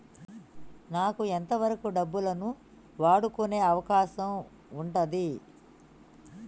నాకు ఎంత వరకు డబ్బులను వాడుకునే అవకాశం ఉంటది?